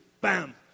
Bam